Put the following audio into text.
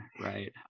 right